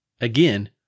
Again